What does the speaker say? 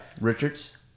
Richards